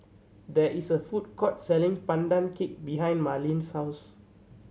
there is a food court selling Pandan Cake behind Marleen's house